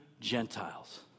Gentiles